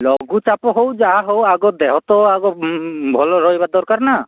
ଲଘୁ ଚାପ ହେଉ ଯାହା ହେଉ ଆଗ ଦେହ ତ ଆଗ ଭଲ ରହିବା ଦରକାର ନା